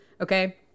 okay